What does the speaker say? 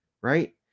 right